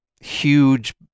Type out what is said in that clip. huge-